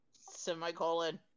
Semicolon